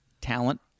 Talent